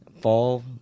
Fall